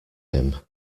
him